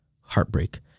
heartbreak